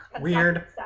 Weird